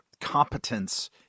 competence